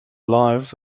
lives